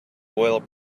oil